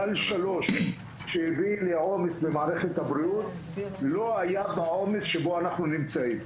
גל 3 שהביא לעומס במערכת הבריאות לא היה בעומס שבו אנחנו נמצאים,